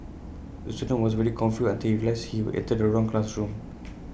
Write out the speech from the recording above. the student was very confused until he realised he entered the wrong classroom